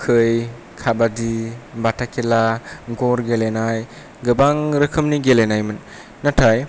खै खाबादि बाथा खेला गर गेलेनाय गोबां रोखोमनि गेलेनायमोन नाथाय